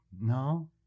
no